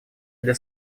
для